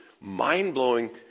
mind-blowing